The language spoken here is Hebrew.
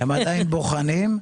הם עדיין בוחנים.